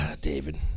David